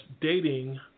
dating